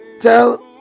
tell